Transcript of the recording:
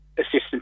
assistance